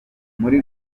muri